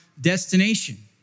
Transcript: destination